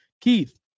Keith